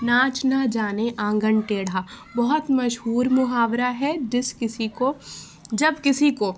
ناچ نہ جانے آنگن ٹیڑھا بہت مشہور محاورہ ہے جس کسی کو جب کسی کو